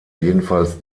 jedenfalls